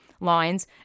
lines